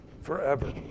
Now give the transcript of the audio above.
forever